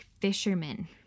fisherman